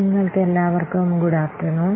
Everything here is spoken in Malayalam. നിങ്ങൾക്കെല്ലാവർക്കും ഗുഡ്ആഫ്റെർനൂൺ